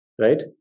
right